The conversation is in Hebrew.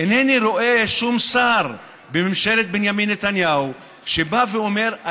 אינני רואה שום שר בממשלת בנימין נתניהו שבא ואומר,